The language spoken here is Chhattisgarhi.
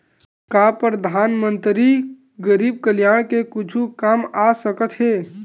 का परधानमंतरी गरीब कल्याण के कुछु काम आ सकत हे